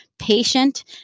patient